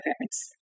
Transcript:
parents